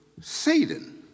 Satan